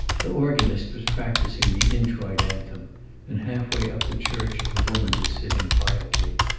the organist was practicing the introit anthem and half way up the church a woman was sitting quietly.